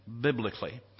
biblically